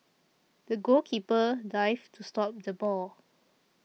the goalkeeper dived to stop the ball